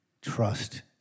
Trust